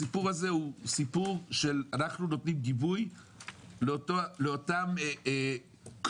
הסיפור הזה הוא שאנחנו נותנים גיבוי לאותן כנופיות